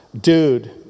Dude